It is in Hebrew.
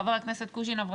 חבר הכנסת קוז'ינוב,